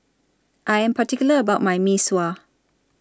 I Am particular about My Mee Sua